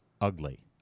Ugly